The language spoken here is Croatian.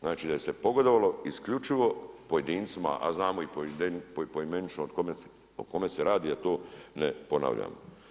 Znači da je se pogodovalo isključivo pojedincima, a znamo poimenično o kome se radi, a to ne ponavljamo.